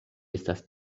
estas